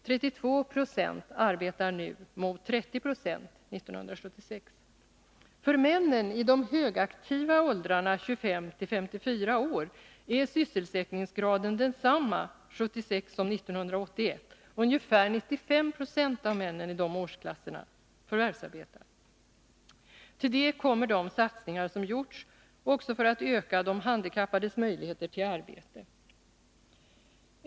32 20 arbetar nu mot 30 96 år 1976. För männen i de högaktiva åldrarna 25-54 är sysselsättningsgraden densamma 1976 som 1981. Ungefär 95 26 av männen i de årsklasserna förvärvsarbetar. Till det kommer de satsningar som gjorts för att öka de handikappades möjligheter att få arbete.